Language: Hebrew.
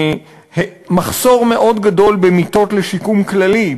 מחסור מאוד גדול במיטות לשיקום כללי.